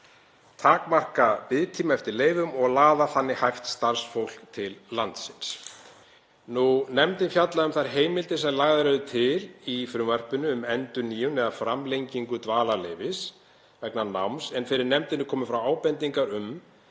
takmarka biðtíma eftir leyfum og laða þannig hæft starfsfólk til landsins. Nefndin fjallaði um þær heimildir sem lagðar eru til í frumvarpinu um endurnýjun eða framlengingu dvalarleyfis vegna náms en fyrir nefndinni komu fram ábendingar um